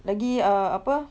lagi err apa